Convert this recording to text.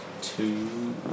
two